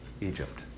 Egypt